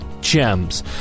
gems